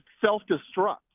self-destruct